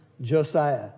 Josiah